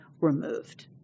removed